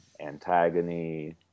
Antagony